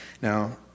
Now